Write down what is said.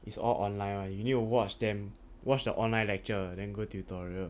it's all online [one] you need to watch them watch the online lecture then go tutorial